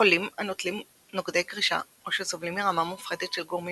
חולים הנוטלים נוגדי קרישה או שסובלים מרמה מופחתת של גורמים